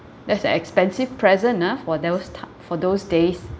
that's expensive present ah for that was ti~ for those days